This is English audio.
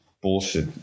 bullshit